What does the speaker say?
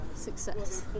success